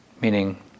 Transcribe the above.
Meaning